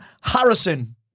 Harrison